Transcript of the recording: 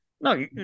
No